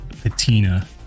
patina